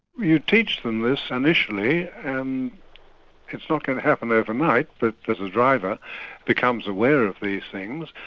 you teach them this initially, and it's not going to happen overnight, but as a driver becomes aware of these things,